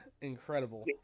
Incredible